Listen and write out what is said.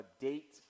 date